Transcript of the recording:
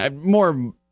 more